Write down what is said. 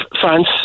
France